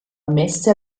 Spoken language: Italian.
ammesse